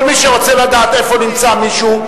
כל מי שרוצה לדעת איפה נמצא מישהו,